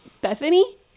Bethany